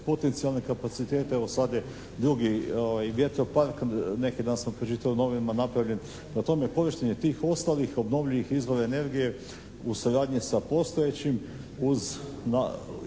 potencijalne kapacitete, evo sad je drugi i …/Govornik se ne razumije./… neki dan sam pročitao u novinama napravljen. Prema tome, korištenje tih ostalih obnovljivih izvora energije u suradnji sa postojećim